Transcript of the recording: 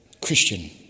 Christian